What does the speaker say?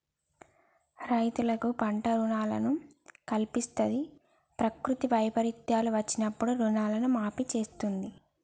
రైతులకు పంట రుణాలను కల్పిస్తంది, ప్రకృతి వైపరీత్యాలు వచ్చినప్పుడు రుణాలను మాఫీ చేస్తుంది